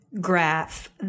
graph